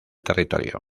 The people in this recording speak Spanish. territorio